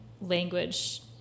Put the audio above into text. language